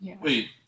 Wait